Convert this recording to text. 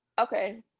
Okay